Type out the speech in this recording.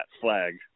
flag